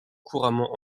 couramment